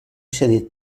cedit